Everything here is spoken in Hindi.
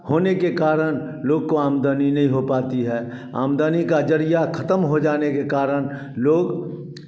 होने के कारण लोग को आमदनी नहीं हो पाती है आमदनी का ज़रिया ख़त्म हो जाने के कारण लोग